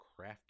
crafted